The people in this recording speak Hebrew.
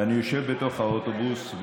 ואני יושב בתוך האוטובוס,